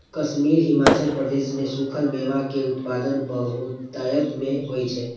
कश्मीर, हिमाचल प्रदेश मे सूखल मेवा के उत्पादन बहुतायत मे होइ छै